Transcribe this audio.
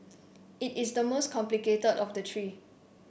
it is the most complicated of the three